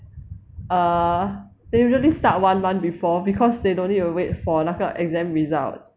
err they usually start one month before because they don't need to wait for 那个 exam result